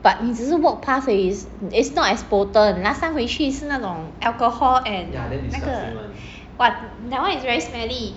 but 你只是 walk pass 而已 it's not as potent last time 回去是那种 alcohol and 那个 !wah! that one is very smelly